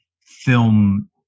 film